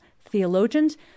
theologians